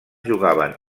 jugaven